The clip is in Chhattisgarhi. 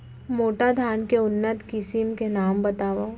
मोटा धान के उन्नत किसिम के नाम बतावव?